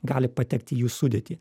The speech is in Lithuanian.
gali patekti į jų sudėtį